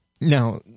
now